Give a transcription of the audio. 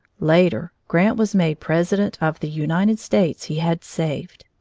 later, grant was made president of the united states he had saved.